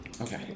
Okay